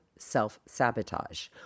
self-sabotage